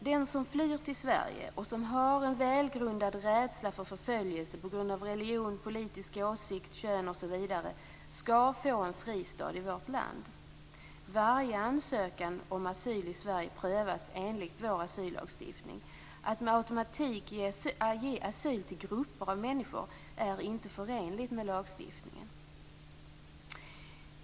Den som flyr till Sverige och som har en välgrundad rädsla för förföljelse på grund av religion, politisk åsikt, kön osv. skall få en fristad i vårt land. Varje ansökan om asyl i Sverige prövas enligt vår asyllagstiftning. Att med automatik ge asyl till grupper av människor är inte förenligt med lagstiftningen.